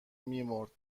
میمرد